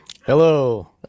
Hello